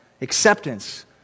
acceptance